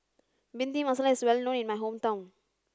Bhindi Masala is well known in my hometown